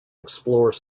explore